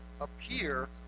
appear